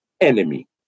enemy